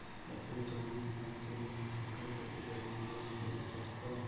চাষের জমি কেনার জন্য ছোট চাষীরা কি লোন পেতে সক্ষম?